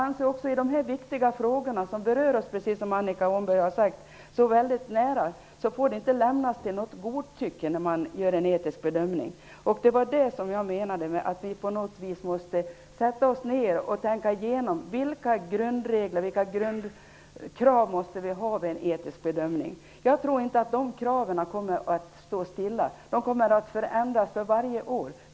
Dessa viktiga frågor, som berör oss så nära, vilket också Annika Åhnberg har sagt, får inte lämnas till något godtycke vid en etisk bedömning. Det jag menade var att vi på något vis måste sätta oss ner och tänka igenom vilka grundregler och grundkrav vi måste ha vid en etisk bedömning. Jag tror inte att de kraven kommer att vara oförändrade. De kommer att förändras för varje år.